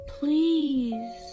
Please